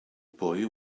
boy